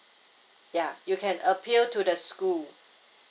yeah you can appeal to the school